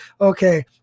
okay